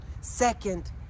second